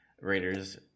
Raiders